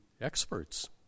experts